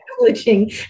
acknowledging